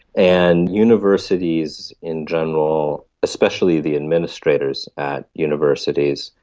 and universities in general, especially the administrators at universities,